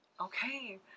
Okay